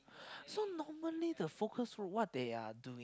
so normally the focus group what they are doing